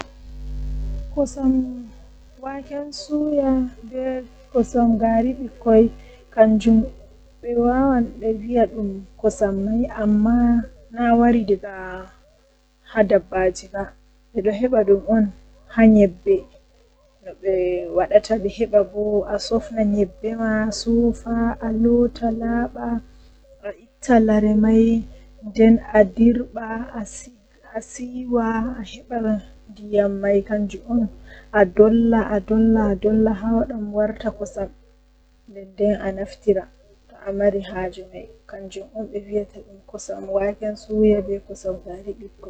Nomi wadirta cake kam arandeere mi heban flawa mi wada kala ko handi fuu haander mi lawa milaawa flawa man mi acca dum uppa to uppi mi wada kala ko mi mari haaje fuu haander nden mi wada dum haa nder hiite malla oven mi acca dum uppa masin sei to warti no mi mari haaje nden mi itta.